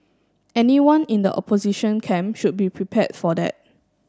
anyone in the opposition camp should be prepared for that